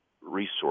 resource